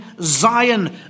zion